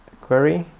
query